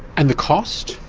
and the cost?